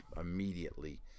immediately